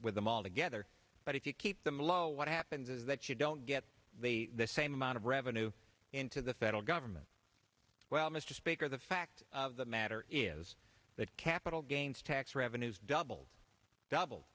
with them all together but if you keep them low what happens is that you don't get the same amount of revenue into the federal government well mr speaker the fact of the matter is that capital gains tax revenues double double